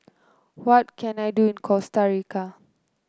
what can I do in Costa Rica